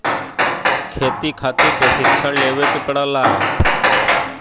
खेती खातिर प्रशिक्षण लेवे के पड़ला